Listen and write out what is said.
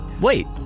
Wait